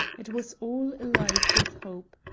it was all alive with hope.